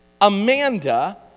Amanda